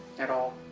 at all.